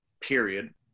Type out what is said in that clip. period